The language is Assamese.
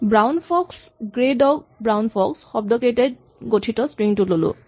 "brown fox grey dog brown fox" শব্দকেইটাৰে গঠিত স্ট্ৰিং টো ল'লো